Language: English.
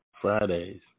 Fridays